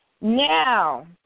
Now